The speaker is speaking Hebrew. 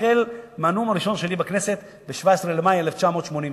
החל מהנאום הראשון שלי בכנסת ב-17 במאי 1981,